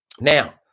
Now